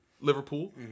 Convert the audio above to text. Liverpool